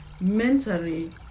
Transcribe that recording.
mentally